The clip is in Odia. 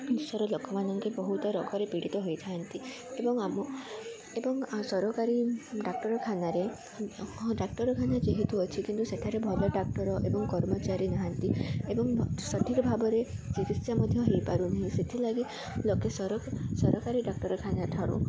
ଦେଶର ଲୋକମାନଙ୍କ ବହୁତ ରୋଗରେ ପୀଡ଼ିତ ହୋଇଥାନ୍ତି ଏବଂ ଆମ ଏବଂ ସରକାରୀ ଡାକ୍ତରଖାନାରେ ଡାକ୍ତରଖାନା ଯେହେତୁ ଅଛି କିନ୍ତୁ ସେଠାରେ ଭଲ ଡାକ୍ତର ଏବଂ କର୍ମଚାରୀ ନାହାନ୍ତି ଏବଂ ସଠିକ୍ ଭାବରେ ଚିକିତ୍ସା ମଧ୍ୟ ହେଇପାରୁନାହିଁ ସେଥିଲାଗି ଲୋକେ ସରକାରୀ ଡାକ୍ତରଖାନା ଠାରୁ